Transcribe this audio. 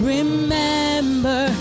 Remember